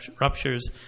ruptures